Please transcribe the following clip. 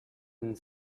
and